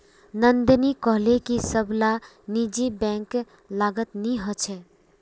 नंदिनी कोहले की सब ला निजी बैंक गलत नि होछे